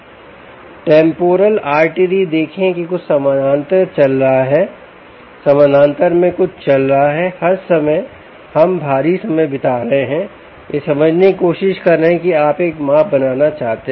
temporal artery देखें कि कुछ समानांतर चल रहा है समानांतर में कुछ चल रहा है हर समय हम भारी समय बिता रहे हैं यह समझने की कोशिश कर रहे हैं कि आप एक माप बनाना चाहते हैं